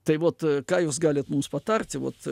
tai vot ką jūs galit mums patarti vot